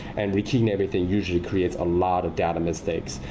and rekeying everything usually creates a lot of data mistakes.